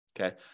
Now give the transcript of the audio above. Okay